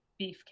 beefcake